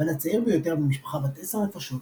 הבן הצעיר ביותר במשפחה בת עשר נפשות,